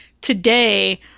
today